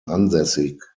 ansässig